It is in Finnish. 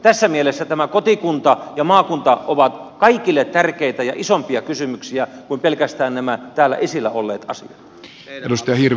tässä mielessä tämä kotikunta ja maakunta ovat kaikille tärkeitä ja isompia kysymyksiä kuin pelkästään nämä täällä esillä olleet asiat